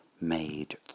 made